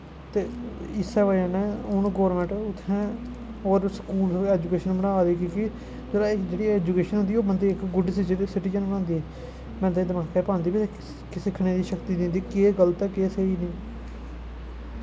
ते इसै बजह् नै गौरमैंट उत्थै होर स्कूल ऐजुकेशन बना दी क्योंकि जेह्ड़ी ऐजुकेशन होंदी ओह् बंदे गी इक गुड सिटिजन बनांदी बंदे दे दमाकै च पांदी सिक्खने दी शक्ति दिंदी केह् स्हेई ऐ केह् गल्त ऐ